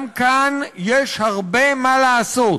גם כאן יש הרבה מה לעשות.